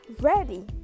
ready